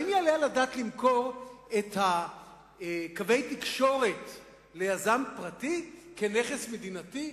האם יעלה על הדעת למכור את קווי התקשורת ליזם פרטי כנכס מדינתי?